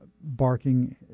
barking